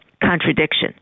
contradiction